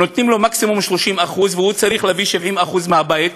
נותנים לו מקסימום 30% והוא צריך להביא 70% מהבית,